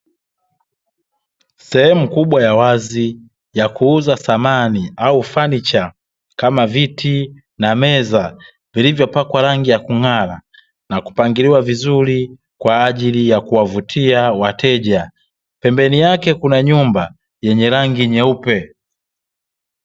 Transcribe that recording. Sehemu kubwa ya wazi ya kuuza samani au funicha kama viti, na meza, vilivyopakwa rangi ya kung'ara na kupangiliwa vizuri, kwa ajili ya kuwavutia wateja. Pembeni yake Kuna nyumba yenye rangi nyeupe.